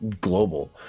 global